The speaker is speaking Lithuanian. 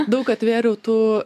daug atvėriau tų